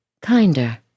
Kinder